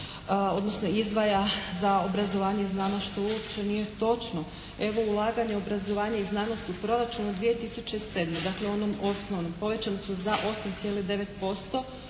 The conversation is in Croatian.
odnosno izdvaja za obrazovanje i znanost što uopće nije točno. Evo, ulaganja u obrazovanje i znanost u proračunu 2007. dakle onom osnovnom povećana su za 8,9%